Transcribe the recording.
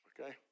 Okay